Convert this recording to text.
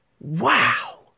Wow